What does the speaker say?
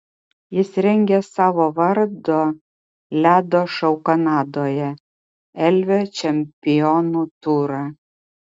jis rengia savo vardo ledo šou kanadoje elvio čempionų turą